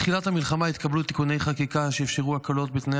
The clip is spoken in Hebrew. בתחילת המלחמה התקבלו תיקוני חקיקה שאפשרו הקלות בתנאי